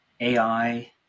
AI